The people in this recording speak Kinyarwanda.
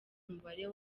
umubare